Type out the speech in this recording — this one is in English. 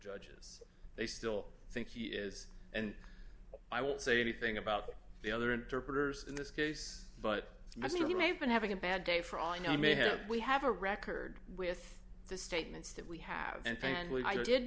judges they still think he is and i won't say anything about the other interpreters in this case but i think he may have been having a bad day for all i know he may have we have a record with the statements that we have and f